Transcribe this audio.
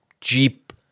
jeep